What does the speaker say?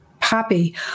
Poppy